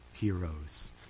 Heroes